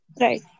Right